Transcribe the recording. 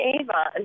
Avon